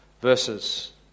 verses